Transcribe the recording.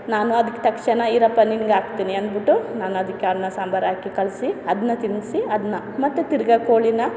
ನಾನು ಅದಕ್ಕೆ ತಕ್ಷಣ ಇರಪ್ಪ ನಿನ್ಗೆ ಹಾಕ್ತೀನಿ ಅಂದ್ಬಿಟ್ಟು ನಾನು ಅದಕ್ಕೆ ಅನ್ನ ಸಾಂಬರ್ ಹಾಕಿ ಕಲಸಿ ಅದನ್ನ ತಿನ್ನಿಸಿ ಅದನ್ನ ಮತ್ತೆ ತಿರ್ಗ ಕೋಳಿನ